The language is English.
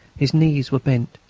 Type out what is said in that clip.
his knees were bent,